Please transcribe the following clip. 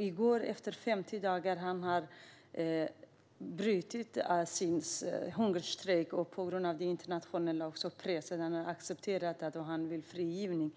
I går bröt han efter 50 dagar sin hungerstrejk på grund av den internationella pressen på att han ska friges.